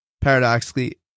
paradoxically